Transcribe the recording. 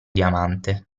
diamante